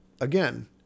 again